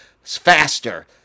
faster